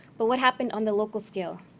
but what happened on the local scale?